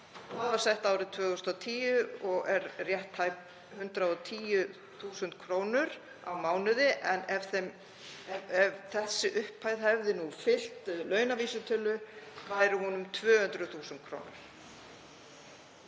Það var sett árið 2010 og er rétt tæpar 110.000 kr. á mánuði en ef þessi upphæð hefði fylgt launavísitölu væri hún um 200.000 kr.